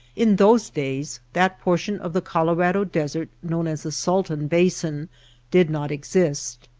in those days that portion of the colorado desert known as the salton basin did not exist.